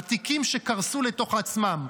על תיקים שקרסו לתוך עצמם.